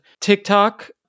TikTok